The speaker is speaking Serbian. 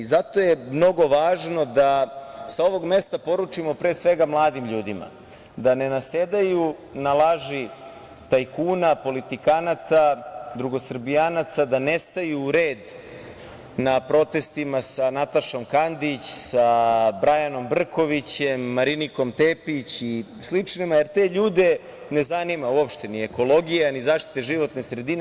Zato je mnogo važno da sa ovog mesta poručimo, pre svega, mladim ljudima da ne nasedaju na laži tajkuna, politikanata, drugosrbijanaca, da ne staju u red na protestima sa Natašom Kandić, sa Brajanom Brkovićem, Marinikom Tepić i sličnima, jer te ljude na zanima uopšte ni ekologija, ni zaštita životne sredine.